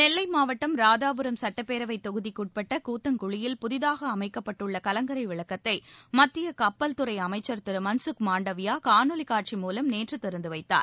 நெல்லை மாவட்டம் ராதாபுரம் சட்டப்பேரவைத் தொகுதிக்குட்பட்ட கூத்தன்குளியில் புதிதாக அமைக்கப்பட்டுள்ள கலங்கரை விளக்கத்தை மத்திய கப்பல் துறை அமைச்சா் திரு மன்சுக் மண்டாவியா காணொளி காட்சி மூலம் நேற்று திறந்து வைத்தார்